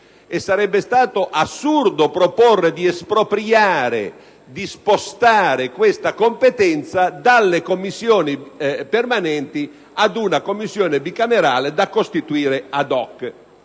Sarebbe stato perciò assurdo proporre di espropriare e di spostare questa competenza dalle Commissioni permanenti ad una Commissione bicamerale da costituire *ad hoc*.